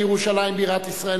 לירושלים בירת ישראל,